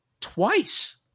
twice